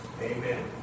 Amen